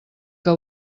que